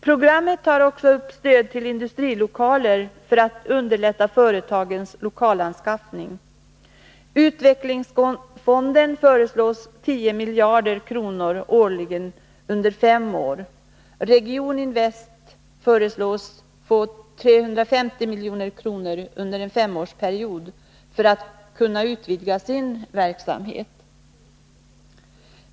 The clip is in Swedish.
Programmet upptar också stöd till industrilokaler för att underlätta företagens lokalanskaffning. Utvecklingsfonden föreslås få 10 miljarder kronor årligen under fem år. Regioninvest föreslås få 350 milj.kr. under fem år för att kunna utvidga sin verksamhet.